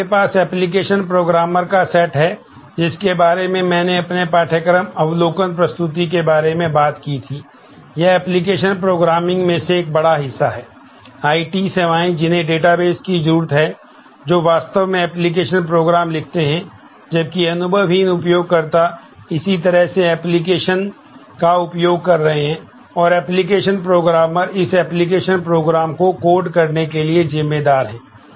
फिर आपके पास एप्लिकेशन प्रोग्रामर का सेट है जिनके बारे में मैंने अपने पाठ्यक्रम अवलोकन प्रस्तुति के बारे में बात की थी यह एप्लिकेशन प्रोग्रामिंग में से एक बड़ा हिस्सा है आईटी सेवाएं जिन्हें डेटाबेस की जरूरत है जो वास्तव में एप्लीकेशन प्रोग्राम लिखते हैं जबकि अनुभवहीन उपयोगकर्ता इसी तरह से एप्लिकेशन का उपयोग कर रहे हैं और एप्लीकेशन प्रोग्रामर इस एप्लिकेशन प्रोग्राम को कोड करने के लिए जिम्मेदार हैं